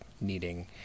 needing